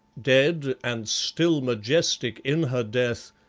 dead and still majestic in her death,